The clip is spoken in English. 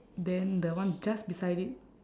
then the one just beside it